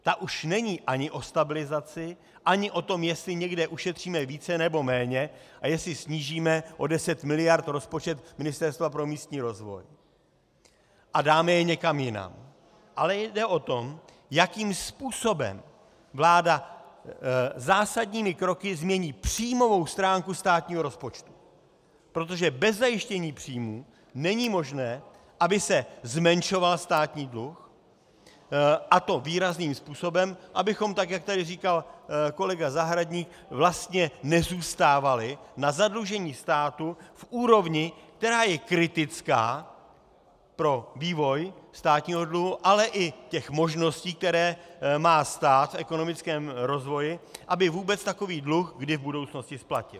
Ta už není ani o stabilizaci ani o tom, jestli někde ušetříme více, nebo méně a jestli snížíme o 10 mld. rozpočet Ministerstva pro místní rozvoj a dáme je někam jinam, ale je o tom, jakým způsobem vláda zásadními kroky změní příjmovou stránku státního rozpočtu, protože bez zajištění příjmů není možné, aby se zmenšoval státní dluh, a to výrazným způsobem, abychom, jak tady říkal kolega Zahradník, vlastně nezůstávali na zadlužení státu v úrovni, která je kritická pro vývoj státního dluhu, ale i možností, které má stát v ekonomickém rozvoji, aby vůbec takový dluh kdy v budoucnosti splatil.